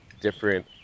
different